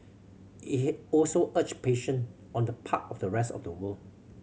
it also urged patience on the part of the rest of the world